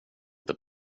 inte